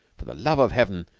for the love of heaven,